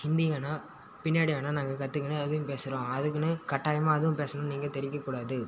ஹிந்தி வேணால் பின்னாடி வேணால் நாங்கள் கற்றுக்குன்னு அதுலேயும் பேசுகிறோம் அதுக்குனு கட்டாயமாக அதுவும் பேசணுன்னு நீங்கள் திணிக்கக்கூடாது